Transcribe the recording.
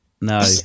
no